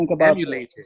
emulated